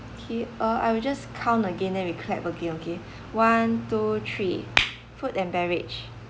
okay uh I will just count again then we clap again okay one two three food and beverage